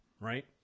right